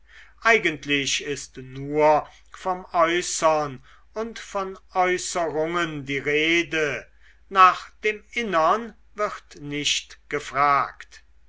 eigentlich ist nur vom äußern und von äußerungen die rede nach dem innern wird nicht gefragt